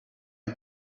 you